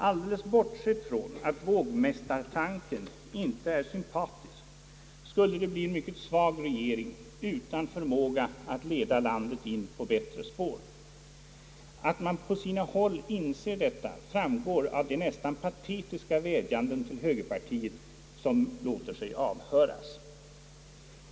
Alldeles bortsett från att vågmästartanken inte är sympatisk skulle det bli en mycket svag regering utan förmåga att leda landet in på bättre spår. Att man på sina håll inser detta framgår av de nästan patetiska vädjanden till högerpartiet som låter sig avhöras.